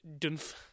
Dunf